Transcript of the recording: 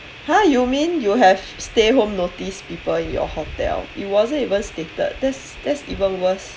!huh! you mean you have stay home notice people in your hotel it wasn't even stated that's that's even worse